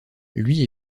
lui